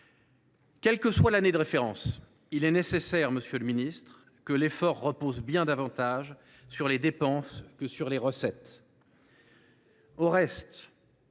Quelle que soit l’année de référence, l’effort, monsieur le ministre, doit reposer bien davantage sur les dépenses que sur les recettes.